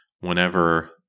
whenever